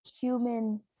human